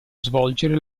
svolgere